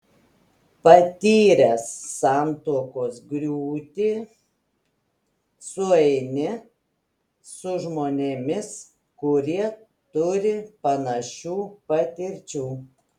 patyręs santuokos griūtį sueini su žmonėmis kurie turi panašių patirčių